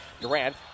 Durant